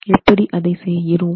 எப்படி அதை செய்கிறோம்